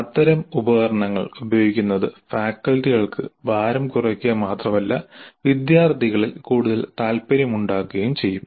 അത്തരം ഉപകരണങ്ങൾ ഉപയോഗിക്കുന്നത് ഫാക്കൽറ്റികൾക്ക് ഭാരം കുറയ്ക്കുക മാത്രമല്ല വിദ്യാർത്ഥികളിൽ കൂടുതൽ താൽപ്പര്യമുണ്ടാക്കുകയും ചെയ്യും